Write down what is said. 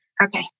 Okay